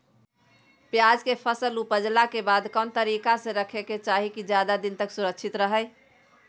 प्याज के फसल ऊपजला के बाद कौन तरीका से रखे के चाही की ज्यादा दिन तक सुरक्षित रहय?